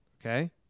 Okay